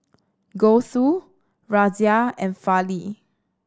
Gouthu Razia and Fali